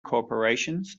corporations